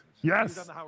Yes